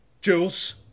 Jules